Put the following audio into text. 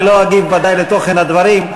אני ודאי לא אגיב לתוכן הדברים,